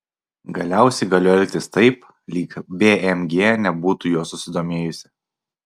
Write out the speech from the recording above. galiausiai galiu elgtis taip lyg bmg nebūtų juo susidomėjusi